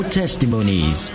testimonies